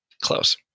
Close